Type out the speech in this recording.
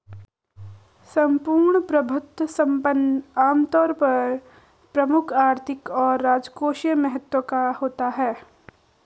सम्पूर्ण प्रभुत्व संपन्न आमतौर पर प्रमुख आर्थिक और राजकोषीय महत्व का होता है